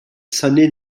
synnu